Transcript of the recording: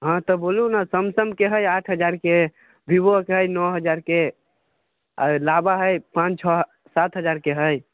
हँ तऽ बोलू ने सैमसंगके हइ आठ हजारके भीबोके हइ नओ हजारके आ लांबा हइ पाॅंच छओ सात हजारके हइ